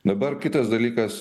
dabar kitas dalykas